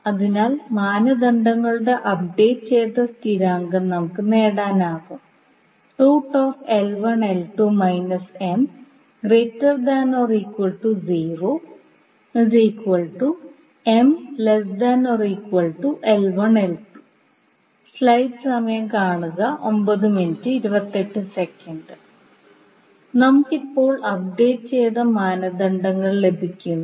അതിനാൽ മാനദണ്ഡങ്ങളുടെ അപ്ഡേറ്റ് ചെയ്ത സ്ഥിരാങ്കം നമുക്ക് നേടാനാകും നമുക്ക് ഇപ്പോൾ അപ്ഡേറ്റ് ചെയ്ത മാനദണ്ഡങ്ങൾ ലഭിക്കുന്നു